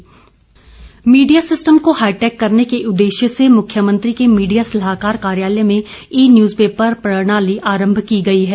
media system media system को hi tech करने के उदेश्य से मुख्यमंत्री के मीडिया सलाहकार कार्यालय में ई न्यूज पेपर प्रणाली आरंभ की गई है